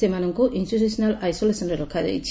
ସେମାନଙ୍କୁ ଇନ୍ଷ୍ିଚ୍ୟୁସନାଲ ଆଇସୋଲେସନରେ ରଖାଯାଇଛି